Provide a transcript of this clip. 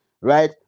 right